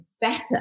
better